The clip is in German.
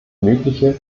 mögliche